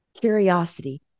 curiosity